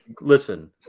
listen